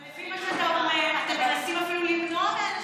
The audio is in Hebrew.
אבל לפי מה שאתה אומר אתם מנסים אפילו למנוע מאנשים,